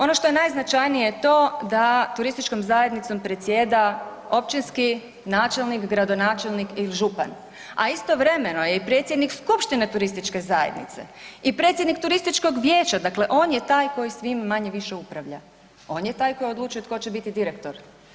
Ono što je najznačajnije je to da turističkom zajednicom predsjeda općinski načelnik, gradonačelnik ili župan, a istovremeno je i predsjednik skupštine turističke zajednice i predsjednik turističkog vijeća, dakle on je taj svim manje-više upravlja, on je taj koji odlučuje tko će biti direktor.